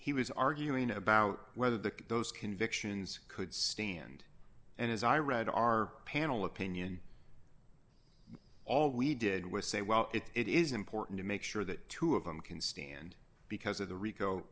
he was arguing about whether the those convictions could stand and as i read our panel opinion all we did was say well it is important to make sure that two of them can stand because of the rico